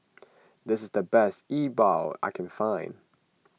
this is the best E Bua I can find